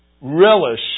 relish